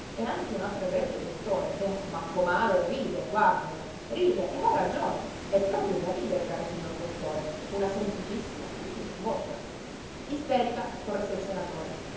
e anche un altro egregio dottore che manco male ride guàrdino ride e ha ragione è proprio da ridere caro signor dottore una semplicissima crisi nervosa isterica corresse il senatore